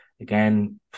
again